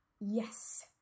Yes